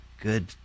good